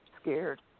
scared